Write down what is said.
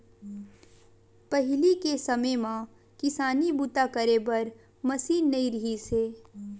पहिली के समे म किसानी बूता करे बर मसीन नइ रिहिस हे